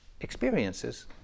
experiences